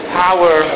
power